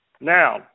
Now